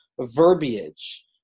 verbiage